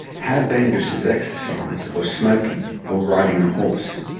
how dangerous is exercise, or smoking, or riding a horse.